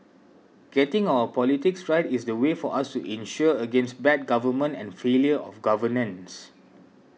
getting our politics right is the way for us to insure against bad government and failure of governance